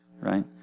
right